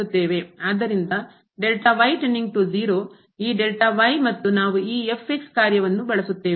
ಆದ್ದರಿಂದ ಈ ಮತ್ತು ನಾವು ಕಾರ್ಯವನ್ನು ಬಳಸುತ್ತೇವೆ